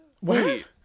Wait